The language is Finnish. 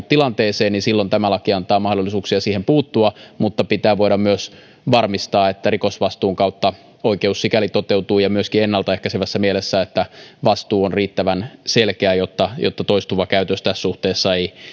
tilanteeseen eli että silloin tämä laki antaa mahdollisuuksia siihen puuttua niin pitää voida myös varmistaa että rikosvastuun kautta oikeus sikäli toteutuu ja myöskin ennaltaehkäisevässä mielessä niin että vastuu on riittävän selkeä jotta jotta toistuva käytös tässä suhteessa ei